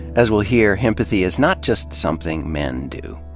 as we'll hear, himpathy is not just something men do.